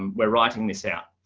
um we're writing this out.